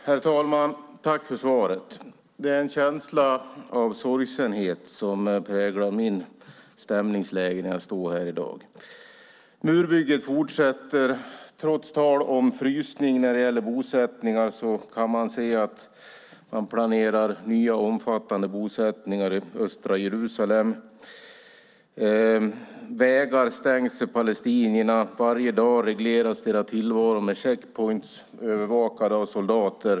Herr talman! Tack för svaret, utrikesministern! En känsla av sorgsenhet präglar mitt stämningsläge när jag står här i dag. Murbygget fortsätter. Trots tal om frysning när det gäller bosättningar kan vi se att man planerar nya omfattande bosättningar i östra Jerusalem. Vägar stängs för palestinierna. Varje dag regleras deras tillvaro med checkpoints övervakade av soldater.